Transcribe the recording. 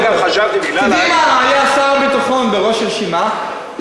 בקדימה היה שר ביטחון בראש רשימה.